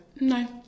no